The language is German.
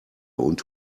und